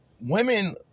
women